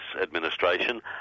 administration